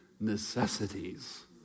necessities